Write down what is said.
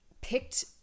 picked